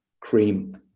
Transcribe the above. cream